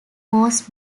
was